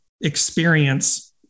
experience